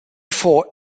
four